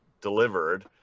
delivered